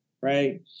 right